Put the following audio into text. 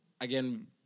Again